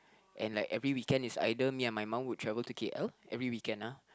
and like every weekend is either me and my mum would travel to K_L every weekend ah